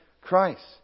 Christ